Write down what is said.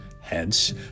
Hence